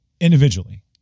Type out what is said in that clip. Individually